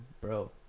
Bro